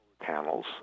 panels